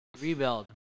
Rebuild